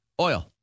Oil